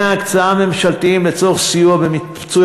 מנגנוני ההקצאה הממשלתיים לצורך סיוע ומיצוי